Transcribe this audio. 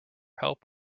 help